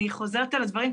אני חוזרת על הדברים,